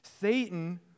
Satan